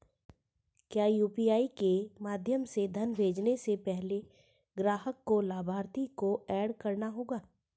क्या यू.पी.आई के माध्यम से धन भेजने से पहले ग्राहक को लाभार्थी को एड करना होगा?